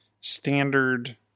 standard